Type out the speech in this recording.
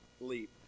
leap